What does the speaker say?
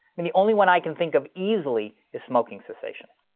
mean, the only one i can think of easily is smoking cessation.